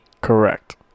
Correct